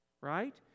Right